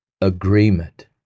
agreement